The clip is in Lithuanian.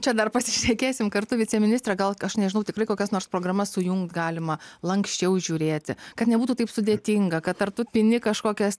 čia dar pasišnekėsim kartu viceministre gal aš nežinau tikrai kokias nors programas sujungt galima lanksčiau žiūrėti kad nebūtų taip sudėtinga kad ar tu pini kažkokias